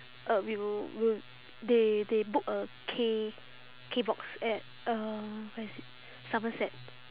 uh we will we'll they they book a K K box at uh where is it somerset